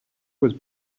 was